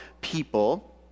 people